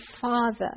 Father